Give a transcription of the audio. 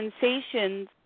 sensations